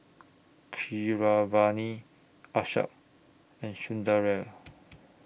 Keeravani Akshay and Sundaraiah